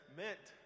meant